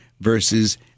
versus